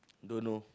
don't know